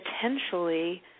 potentially